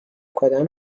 کدام